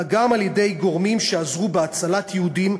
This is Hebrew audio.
אלא גם גורמים שעזרו בהצלת יהודים,